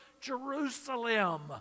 Jerusalem